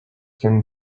can